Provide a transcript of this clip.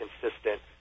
consistent